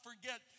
forget